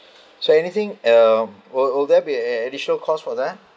so anything err will will there be uh additional costs for that